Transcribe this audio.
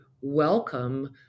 welcome